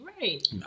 Right